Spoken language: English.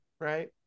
right